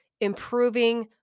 improving